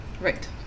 right